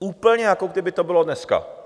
Úplně jako kdyby to bylo dneska.